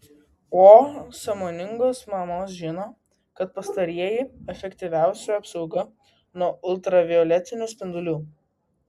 o sąmoningos mamos žino kad pastarieji efektyviausia apsauga nuo ultravioletinių spindulių